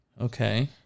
Okay